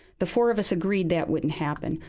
the four of us agreed that wouldn't happen.